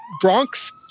Bronx